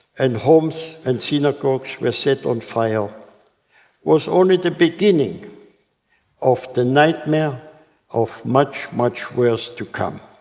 and homes and synagogues were set on fire was only the beginning of the nightmare of much, much worse to come.